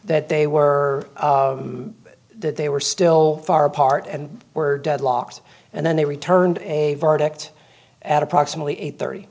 that they were that they were still far apart and were deadlocked and then they returned a verdict at approximately eight thirty